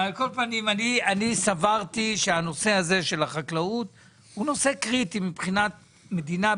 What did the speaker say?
כי אני סברתי שהנושא הזה של החקלאות הוא נושא קריטי מבחינת מדינה,